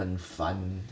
很烦